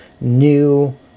new